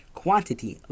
quantity